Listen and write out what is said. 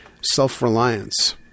Self-Reliance